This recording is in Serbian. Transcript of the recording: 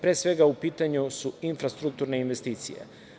Pre svega, u pitanju su infrastrukturne investicije.